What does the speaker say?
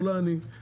אולי אני זה.